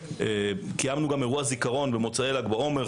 קיימנו גם אירוע זיכרון במוצאי ל"ג בעומר.